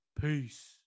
Peace